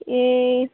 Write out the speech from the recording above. এই